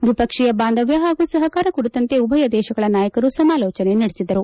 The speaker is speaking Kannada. ದ್ವಿಪಕ್ಷೀಯ ಬಾಂಧವ್ಯ ಪಾಗೂ ಸಪಕಾರ ಕುರಿತಂತೆ ಉಭಯ ದೇಶಗಳ ನಾಯಕರು ಸಮಾಲೋಚನೆ ನಡೆಸಿದರು